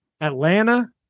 Atlanta